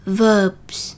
verbs